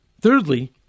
Thirdly